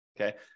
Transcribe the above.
Okay